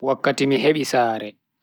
Wakkati mi hebi sare.